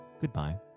goodbye